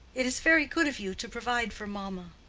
it is very good of you to provide for mamma.